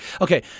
okay